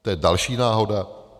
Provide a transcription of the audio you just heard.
To je další náhoda?